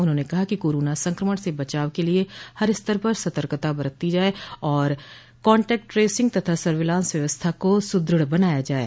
उन्होंने कहा कि कोरोना संक्रमण से बचाव के लिये हर स्तर पर सतर्कता बरती जाये और कांटैक्ट ट्रेसिंग तथा सर्विलांस व्यवस्था को सुदृढ़ बनाया जाये